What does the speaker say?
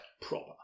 proper